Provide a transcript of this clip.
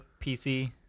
PC